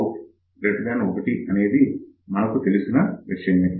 out1 అనేది మనకు తెలిసిన విషయమే